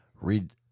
read